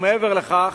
ומעבר לכך,